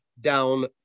down